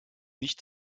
nicht